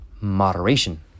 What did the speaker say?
moderation